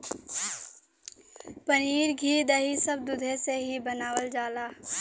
पनीर घी दही सब दुधे से ही बनावल जाला